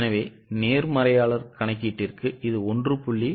எனவே நேர்மறையாளர் கணக்கீட்டிற்கு இது 1